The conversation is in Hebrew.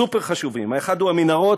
סופר-חשובים: האחד הוא המנהרות,